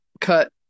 cut